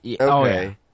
okay